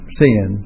sin